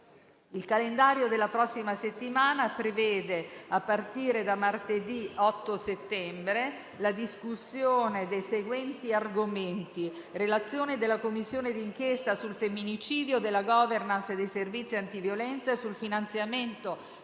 Il calendario della prossima settimana prevede, a partire da martedì 8 settembre, la discussione dei seguenti argomenti: relazione della Commissione di inchiesta sul femminicidio sulla *governance* dei servizi antiviolenza e sul finanziamento